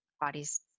bodies